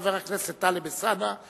חבר הכנסת טלב אלסאנע.